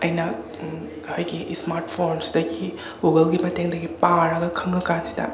ꯑꯩꯅ ꯑꯩꯒꯤ ꯁ꯭ꯃꯥꯔꯠ ꯐꯣꯟꯁꯤꯗꯒꯤ ꯒꯨꯒꯜꯒꯤ ꯃꯇꯦꯡꯗꯒꯤ ꯄꯥꯔꯒ ꯈꯪꯉ ꯀꯥꯟꯁꯤꯗ